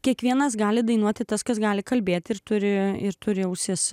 kiekvienas gali dainuoti tas kas gali kalbėti ir turi ir turi ausis